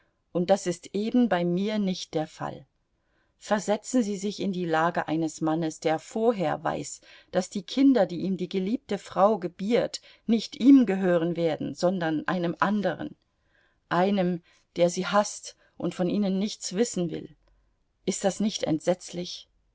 und das ist eben bei mir nicht der fall versetzen sie sich in die lage eines mannes der vorher weiß daß die kinder die ihm die geliebte frau gebiert nicht ihm gehören werden sondern einem anderen einem der sie haßt und von ihnen nichts wissen will ist das nicht entsetzlich